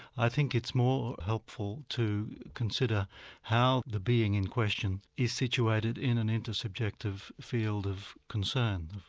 i think it's more helpful to consider how the being in question is situated in an inter-subjective field of concern.